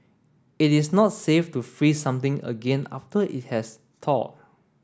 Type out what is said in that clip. it is not safe to freeze something again after it has thawed